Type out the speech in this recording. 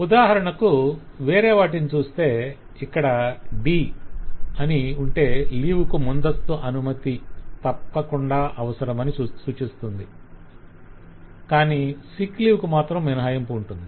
ఉదాహరణకు వేరేవాటిని చూస్తే ఇక్కడ 'd' అని ఉంటే లీవ్ కు ముందస్తు అనుమతి తప్పకుండా అవసరం అని సూచిస్తుంది కాని సిక్ లీవ్ కు మాత్రం మినహాయింపు ఉంటుంది